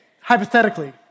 hypothetically